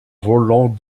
volant